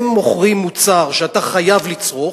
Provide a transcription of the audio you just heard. הם מוכרים מוצר שאתה חייב לצרוך,